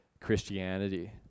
Christianity